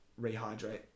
rehydrate